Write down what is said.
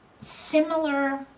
similar